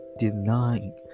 denying